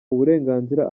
uburenganzira